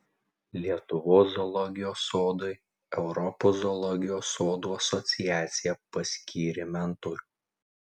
lietuvos zoologijos sodui europos zoologijos sodų asociacija paskyrė mentorių